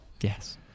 Yes